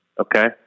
Okay